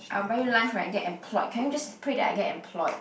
I'll buy you lunch when I get employed can you just pray that I get employed